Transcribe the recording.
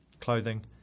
clothing